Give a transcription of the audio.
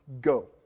Go